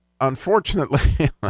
unfortunately